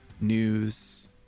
news